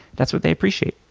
that's what they appreciate.